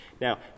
Now